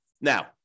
Now